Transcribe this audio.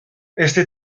este